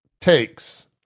takes